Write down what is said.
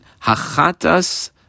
Hachatas